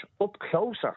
up-closer